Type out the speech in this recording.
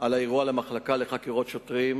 על האירוע למחלקה לחקירות שוטרים,